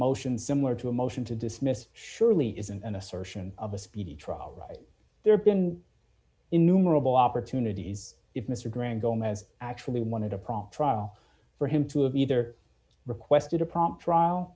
motion similar to a motion to dismiss surely isn't an assertion of a speedy trial right there been in numerable opportunities if mr grant gomez actually wanted a prompt trial for him to have either requested a prompt trial